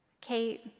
Kate